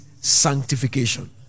sanctification